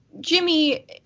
Jimmy